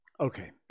Okay